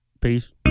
Peace